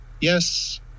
yes